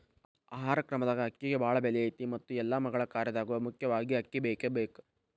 ಆಹಾರ ಕ್ರಮದಾಗ ಅಕ್ಕಿಗೆ ಬಾಳ ಬೆಲೆ ಐತಿ ಮತ್ತ ಎಲ್ಲಾ ಮಗಳ ಕಾರ್ಯದಾಗು ಮುಖ್ಯವಾಗಿ ಅಕ್ಕಿ ಬೇಕಬೇಕ